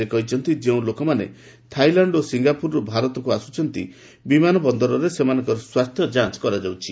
ସେ କହିଛନ୍ତି ଯେଉଁ ଲୋକମାନେ ଥାଇଲାଣ୍ଡ ଓ ସିଙ୍ଗାପୁରରୁ ଭାରତକୁ ଆସୁଛନ୍ତି ବିମାନବନ୍ଦରରେ ସେମାନଙ୍କର ସ୍ୱାସ୍ଥ୍ୟ ଯାଞ୍ଚ କରାଯାଉଛି